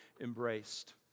embraced